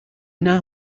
now